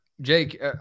Jake